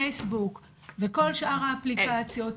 פייסבוק וכל שאר האפליקציות,